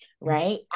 right